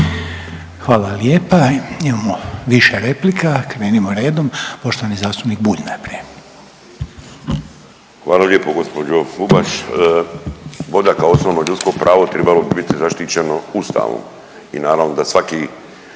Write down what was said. Hvala lijepa. Imamo više replika. Krenimo redom. Poštovani zastupnik Bulj najprije. **Bulj, Miro (MOST)** Hvala lijepo gđo. Bubaš. Voda kao osnovno ljudsko pravo tribalo bi bit zaštićeno Ustavom i naravno da svaki